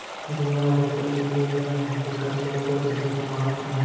दुनियां म जतका छेरी बोकरा हें तेकर सोला परतिसत ह भारत म हे